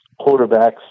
quarterbacks